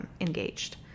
engaged